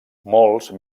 molts